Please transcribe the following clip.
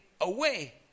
away